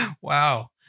Wow